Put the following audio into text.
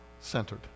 centered